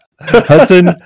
Hudson